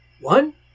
One